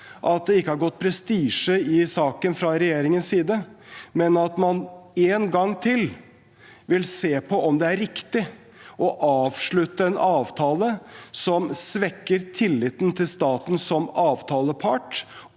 at det ikke har gått prestisje i saken fra regjeringens side, men at man én gang til vil se på om det er riktig å avslutte en avtale, når det svekker tilliten til staten som avtalepart